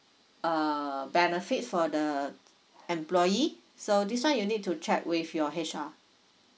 uh benefit for the employees so this one you need to check with your H_R